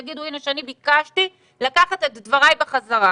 תגידו, הנה, אני ביקשתי לקחת את דבריי בחזרה.